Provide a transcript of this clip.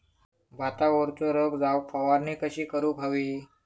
भातावरचो रोग जाऊक फवारणी कशी करूक हवी?